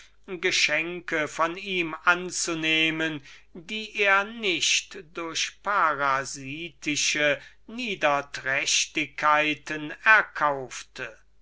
geschenke von ihm anzunehmen die er nicht durch parasitische niederträchtigkeiten erkaufte